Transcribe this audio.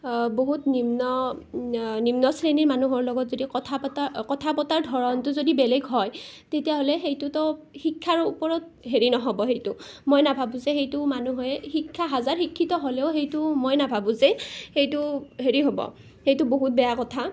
বহুত নিম্ন নিম্ন শ্ৰেণীৰ মানুহৰ লগত যদি কথা পাতা কথা পতাৰ ধৰণটো যদি বেলেগ হয় তেতিয়াহ'লে সেইটোতো শিক্ষাৰ ওপৰত হেৰি নহ'ব সেইটো মই নাভাবোঁ যে সেইটো মানুহে শিক্ষা হাজাৰ শিক্ষিত হ'লেও সেইটো মই নাভাবোঁ যে সেইটো হেৰি হ'ব সেইটো বহুত বেয়া কথা